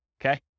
Okay